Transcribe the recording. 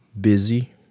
busy